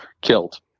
killed